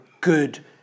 good